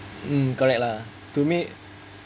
mm correct lah to me